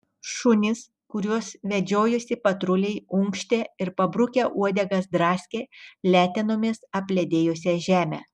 šunys kuriuos vedžiojosi patruliai unkštė ir pabrukę uodegas draskė letenomis apledėjusią žemę